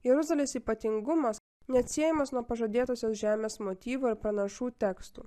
jeruzalės ypatingumas neatsiejamas nuo pažadėtosios žemės motyvo ir pranašų tekstų